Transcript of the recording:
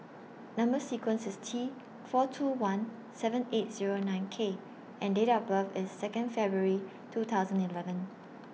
Number sequence IS T four two one seven eight Zero nine K and Date of birth IS Second February two thousand and eleven